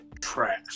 trash